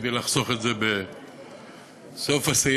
כדי לחסוך את זה בסוף הסעיף.